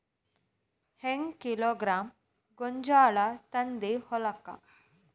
ಹೆಂಗ್ ಕಿಲೋಗ್ರಾಂ ಗೋಂಜಾಳ ತಂದಿ ಹೊಲಕ್ಕ?